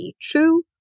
true